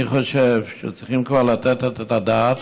אני חושב שכבר צריכים לתת את הדעת.